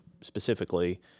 specifically